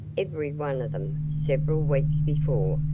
every one of them, several weeks before,